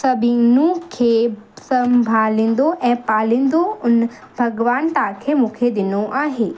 सभिनी खे संभालींदो ऐं पालींदो हुन भगवान तव्हांखे मूंखे डि॒नो आहे